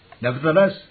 Nevertheless